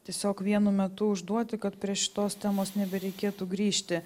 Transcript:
tiesiog vienu metu užduoti kad prie šitos temos nebereikėtų grįžti